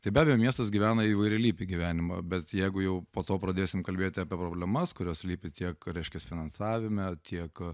tai be abejo miestas gyvena įvairialypį gyvenimą bet jeigu jau po to pradėsim kalbėti apie problemas kurios slypi tiek reiškias finansavime tiek